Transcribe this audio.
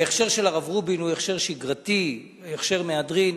ההכשר של הרב רובין הוא הכשר שגרתי, הכשר מהדרין.